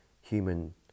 human